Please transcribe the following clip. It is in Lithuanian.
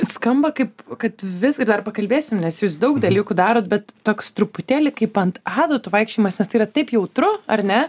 skamba kaip kad visgi dar pakalbėsim nes jūs daug dalykų darot bet toks truputėlį kaip ant adatų vaikščiojimas nes tai yra taip jautru ar ne